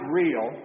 real